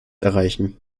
erreichen